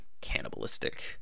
cannibalistic